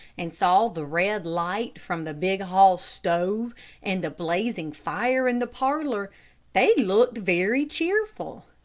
and saw the red light from the big hall stove and the blazing fire in the parlor they looked very cheerful.